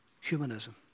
humanism